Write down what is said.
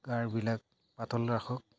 গাবিলাক পাতল ৰাখ